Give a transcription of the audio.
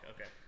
Okay